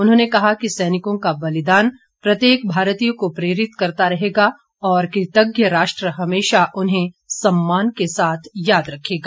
उन्होंने कहा कि सैनिकों का बलिदान प्रत्येक भारतीय को प्रेरित करता रहेगा और कृतज्ञ राष्ट्र हमेशा उन्हें सम्मान के साथ याद रखेगा